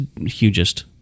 hugest